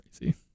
Crazy